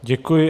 Děkuji.